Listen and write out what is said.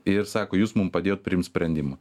ir sako jūs mum padėjot priimt sprendimą